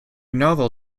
novel